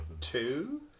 Two